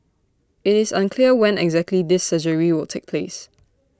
IT is unclear when exactly this surgery will take place